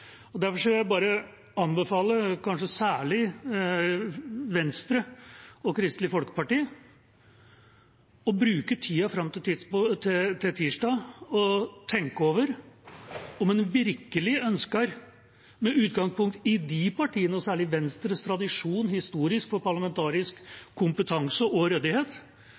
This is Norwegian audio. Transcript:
Derfor vil jeg anbefale kanskje særlig Venstre og Kristelig Folkepartiet å bruke tida fram til tirsdag til å tenke over om man virkelig ønsker – med utgangspunkt i de partiene, og særlig Venstres tradisjon historisk og parlamentariske kompetanse og ryddighet